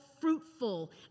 fruitful